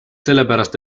sellepärast